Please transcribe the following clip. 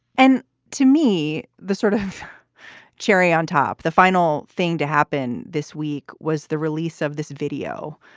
and to me, the sort of cherry on top the final thing to happen this week was the release of this video.